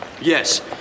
yes